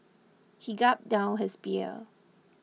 he gulped down his beer